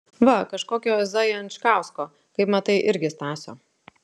va kažkokio zajančkausko kaip matai irgi stasio